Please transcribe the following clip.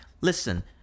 listen